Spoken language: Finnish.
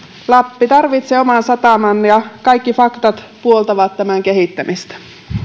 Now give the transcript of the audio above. lappi tarvitsee oman sataman ja kaikki faktat puoltavat tämän kehittämistä